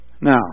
Now